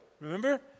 remember